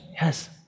Yes